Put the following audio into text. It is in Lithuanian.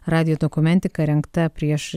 radijo dokumentika rengta prieš